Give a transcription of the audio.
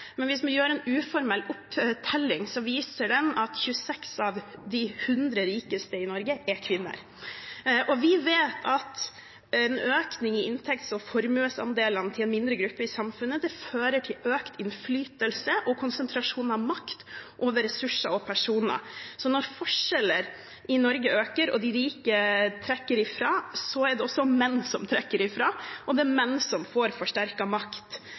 Men hvis man gjør en uformell telling, viser den at 26 av de 100 rikeste i Norge er kvinner. Vi vet at en økning i inntekts- og formuesandelen til en mindre gruppe i samfunnet vil føre til økt innflytelse og konsentrasjon av makt over ressurser og personer. Så når forskjellene i Norge øker, og de rike trekker fra, er det menn som trekker fra, og det er menn som får forsterket makt.